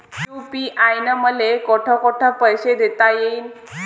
UPI न मले कोठ कोठ पैसे देता येईन?